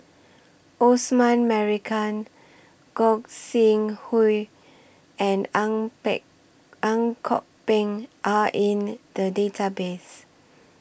Osman Merican Gog Sing Hooi and Ang Peng Ang Kok Peng Are in The Database